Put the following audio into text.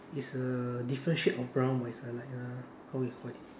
is a different shade of brown but it's a like a how you call it